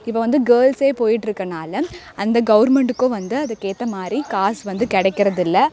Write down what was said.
இப்போ வந்து கேர்ள்ஸ்ஸே போயிட்டுருக்கனால அந்த கவர்மெண்ட்டுக்கும் வந்து அதுக்கேற்ற மாதிரி காசு வந்து கிடைக்குறதில்ல